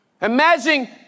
Imagine